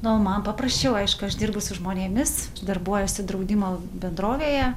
nu o man paprasčiau aišku aš dirbu su žmonėmis darbuojuosi draudimo bendrovėje